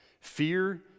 fear